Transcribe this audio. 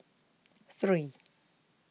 three